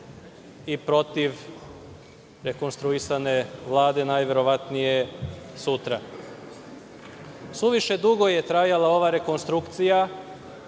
i protiv rekonstruisane Vlade, najverovatnije sutra. Suviše dugo je trajala ova rekonstrukcija.